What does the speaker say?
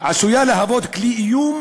עשויה להוות כלי איום